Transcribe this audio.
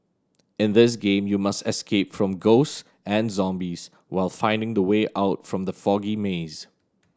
in this game you must escape from ghosts and zombies while finding the way out from the foggy maze